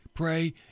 pray